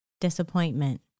disappointment